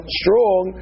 strong